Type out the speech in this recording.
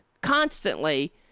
constantly